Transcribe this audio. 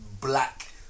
black